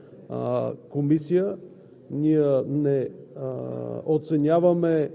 Това не е партийна комисия. Ние не оценяваме